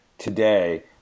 Today